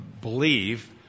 believe